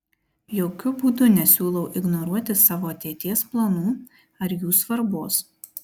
jokiu būdu nesiūlau ignoruoti savo ateities planų ar jų svarbos